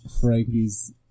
Frankie's